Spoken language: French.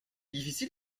difficile